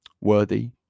worthy